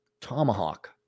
Tomahawk